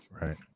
right